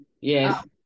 yes